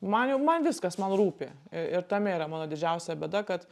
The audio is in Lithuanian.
man jau man viskas man rūpi ir tame yra mano didžiausia bėda kad